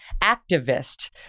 activist